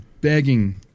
begging